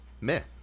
Myth